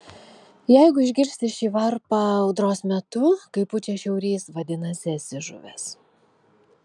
jeigu išgirsti šį varpą audros metu kai pučia šiaurys vadinasi esi žuvęs